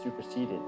superseded